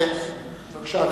אדוני, בבקשה.